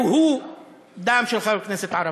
כי הוא דם של חבר כנסת ערבי.